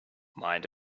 mind